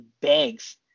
Banks